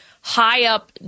high-up